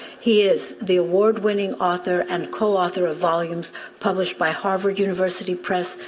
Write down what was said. he is the award-winning author and co-author of volumes published by harvard university press,